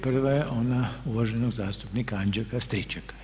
Prva je ona uvaženog zastupnika Anđelka Stričaka.